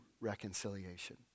reconciliation